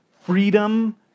freedom